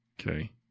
Okay